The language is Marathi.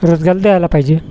रोजगार द्यायला पाहिजे